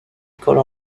école